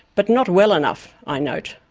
but not well enough, i note.